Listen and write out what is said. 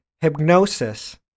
Hypnosis